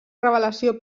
revelació